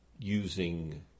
using